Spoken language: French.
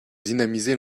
dynamiser